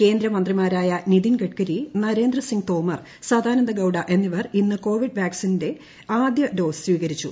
കേന്ദ്ര മന്ത്രിമാരായ നിതിൻ ഗഡ്കരി നരേന്ദ്ര സിംഗ് തോമർ സതാനന്ദ ഗൌഡ എന്നിവർ ഇന്ന് കോവിഡ് വാക്സിന്റെ ആദ്യ ഡോസ് സ്വീകരിച്ചു